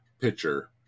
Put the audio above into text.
pitcher